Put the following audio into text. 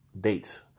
dates